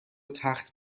تخت